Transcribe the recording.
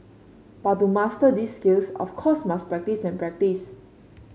but to master these skills of course must practise and practise